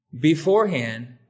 beforehand